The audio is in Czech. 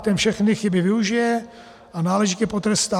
Ten všechny chyby využije a náležitě potrestá.